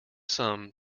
sum